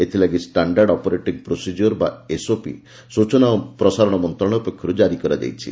ଏଥିଲାଗି standard operating procedure ବା SOP ସୂଚନା ଓ ପ୍ରସାରଣ ମନ୍ତ୍ରଣାଳୟ ପକ୍ଷରୁ ଜାରି କରାଯାଇଛି